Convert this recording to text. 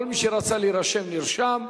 כל מי שרצה להירשם נרשם.